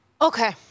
Okay